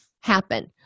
happen